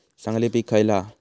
चांगली पीक खयला हा?